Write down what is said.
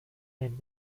den